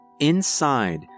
Inside